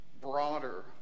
broader